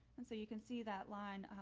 and so you can see that line,